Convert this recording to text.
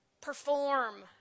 perform